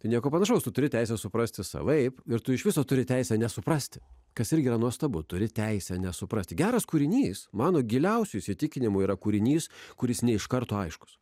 nieko panašaus tu turi teisę suprasti savaip ir tu iš viso turi teisę nesuprasti kas irgi yra nuostabu turi teisę nesuprasti geras kūrinys mano giliausiu įsitikinimu yra kūrinys kuris ne iš karto aiškus